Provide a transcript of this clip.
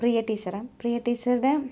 പ്രിയ teacher Priya ടീച്ചറുടെ